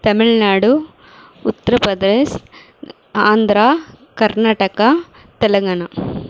Tamil Nadu Uttar Pradesh Andhra Karnataka Telangana